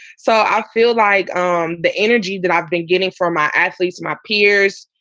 so i feel like um the energy that i've been getting from my athletes, my peers,